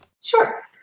Sure